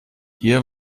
ihr